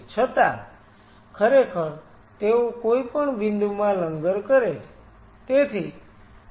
છતાં ખરેખર તેઓ કોઈપણ બિંદુમાં લંગર કરે છે